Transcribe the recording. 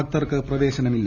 ഭക്തർക്ക് പ്രവേശനമില്ല